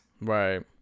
right